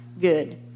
good